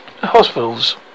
hospitals